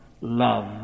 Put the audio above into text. love